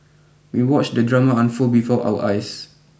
we watched the drama unfold before our eyes